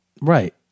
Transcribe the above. Right